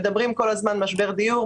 כל הזמן מדברים על משבר דיור,